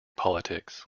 politics